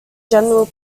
general